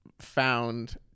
found